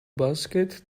basket